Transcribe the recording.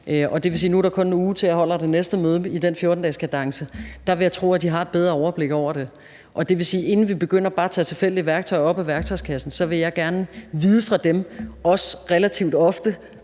nu er der kun en uge til, at jeg holder det næste møde i den 14-dageskadence, og der vil jeg tro, at de har et bedre overblik over det. Og det vil sige, at inden vi begynder bare at tage tilfældige værktøjer op af værktøjskassen, vil jeg gerne vide fra dem, også relativt ofte,